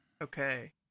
Okay